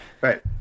Right